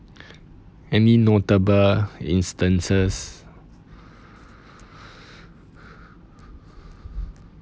any notable instances